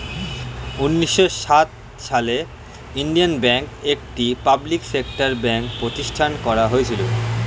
উন্নিশো সাত সালে ইন্ডিয়ান ব্যাঙ্ক, একটি পাবলিক সেক্টর ব্যাঙ্ক প্রতিষ্ঠান করা হয়েছিল